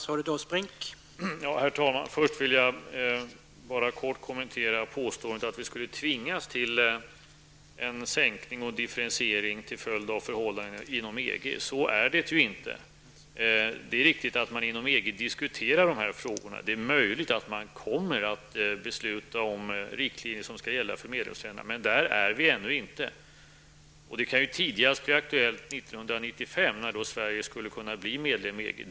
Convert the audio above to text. Herr talman! Först vill jag bara kort kommentera påståendet att vi skulle tvingas till en sänkning och differentiering till följd av förhållandena inom EG. Så är det inte. Det är riktigt att man inom EG diskuterar de här frågorna -- det är möjligt att man kommer att besluta om riktlinjer som skall gälla för medlemsländerna, men där är vi ännu inte. Det kan bli aktuellt tidigast 1995, när Sverige skulle kunna bli medlem i EG.